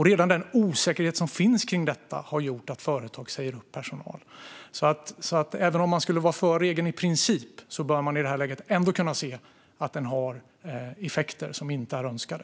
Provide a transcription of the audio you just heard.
Redan den osäkerhet som finns kring detta har gjort att företag säger upp personal, så även om man skulle vara för regeln i princip bör man i detta läge kunna se att den har effekter som inte är önskade.